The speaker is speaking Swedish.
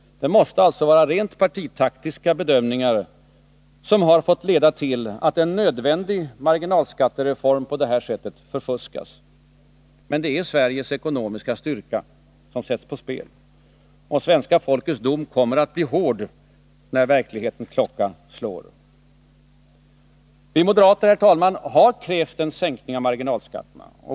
Det måste vara rent partitaktiska bedömningar som har fått leda till att en nödvändig marginalskattereform på detta sätt förfuskats. Men det är Sveriges ekonomiska styrka som sätts på spel. Svenska folkets dom kommer att bli hård, när verklighetens klocka slår. Herr talman! Vi moderater har krävt en sänkning av marginalskatterna.